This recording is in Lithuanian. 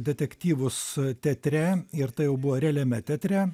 detektyvus teatre ir tai jau buvo realiame teatre